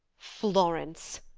florence!